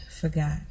forgot